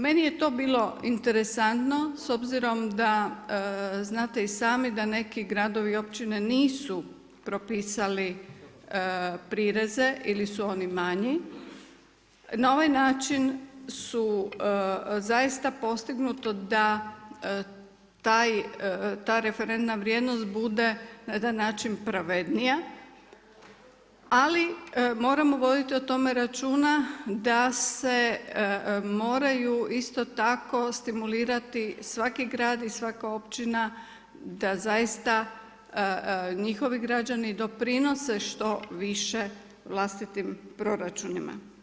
Meni je to bilo interesantno s obzirom da znate i sami da neki gradovi i općine nisu propisali prireze ili su oni manji, na ovaj način su zaista postignuto da ta referentna vrijednost bude na jedan način pravednija, ali moramo voditi o tome računa da se moraju isto tako stimulirati svaki grad i svaka općina da njihovi građani doprinose što više vlastitim proračunima.